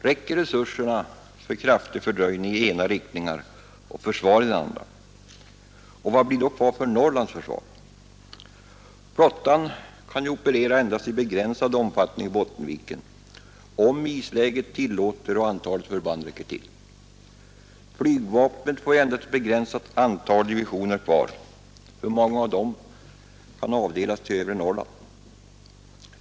Räcker resurserna för kraftig fördröjning i ena riktningen och försvar i den andra? Vad blir då kvar för Norrlands försvar? Flottan kan ju operera endast i begränsad omfattning i Bottenviken — om isläget tillåter och antal förband räcker till. Flygvapnet får ju endast ett begränsat antal divisioner kvar. Hur många av dessa kan avdelas till övre Norrland?